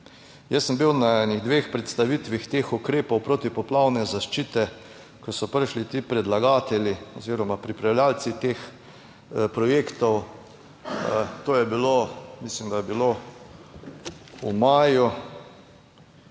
Jaz sem bil na enih dveh predstavitvah teh ukrepov protipoplavne zaščite, ko so prišli ti predlagatelji oziroma pripravljavci teh projektov, to je bilo, mislim, da je bilo v maju,